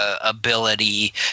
ability